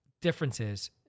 differences